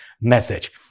message